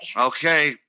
Okay